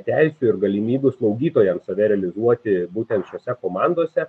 teisių ir galimybių slaugytojams save realizuoti būtent šiose komandose